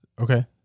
Okay